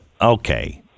okay